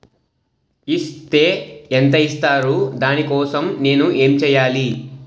Is తే ఎంత ఇస్తారు దాని కోసం నేను ఎంచ్యేయాలి?